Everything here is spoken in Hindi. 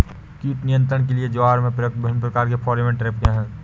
कीट नियंत्रण के लिए ज्वार में प्रयुक्त विभिन्न प्रकार के फेरोमोन ट्रैप क्या है?